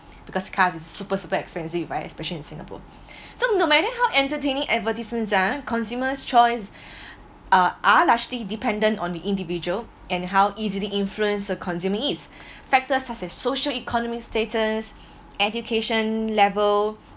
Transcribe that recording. because cars is super super expensive ah especially in singapore so no matter how entertaining advertisements ah consumers' choice are largely dependent on the individual and how easily influenced a consumer is factors such as social economy status education level